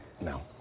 no